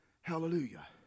Hallelujah